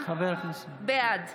בעד